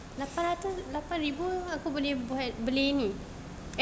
lapan ratus lapan ribu aku boleh buat beli ini